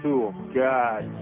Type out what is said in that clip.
God